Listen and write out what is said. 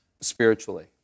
Spiritually